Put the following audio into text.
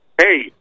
Hey